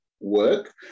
work